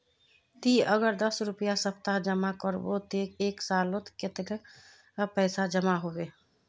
ती अगर दस रुपया सप्ताह जमा करबो ते एक सालोत कतेरी पैसा जमा होबे बे?